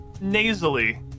nasally